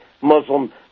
Muslim